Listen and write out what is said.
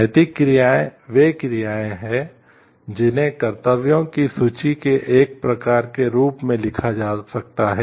नैतिक क्रियाएं वे क्रियाएं हैं जिन्हें कर्तव्यों की सूची के एक प्रकार के रूप में लिखा जा सकता है